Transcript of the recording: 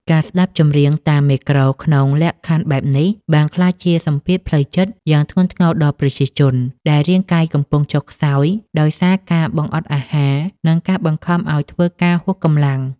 ការស្ដាប់ចម្រៀងតាមមេក្រូក្នុងលក្ខខណ្ឌបែបនេះ បានក្លាយជាសម្ពាធផ្លូវចិត្តយ៉ាងធ្ងន់ធ្ងរដល់ប្រជាជន ដែលរាងកាយកំពុងចុះខ្សោយដោយសារការបង្អត់អាហារ និងការបង្ខំឱ្យធ្វើការហួសកម្លាំង។